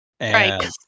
Right